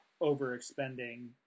overexpending